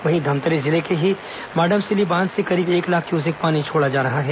वहीं धमतरी जिले के ही माडमसिल्ली बांध से करीब एक लाख क्यूसेक पानी छोड़ा जा रहा है